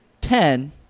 ten